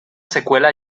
secuela